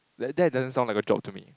like that doesn't sound like a job to me